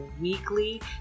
weekly